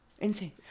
insane